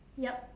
yup